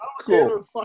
Cool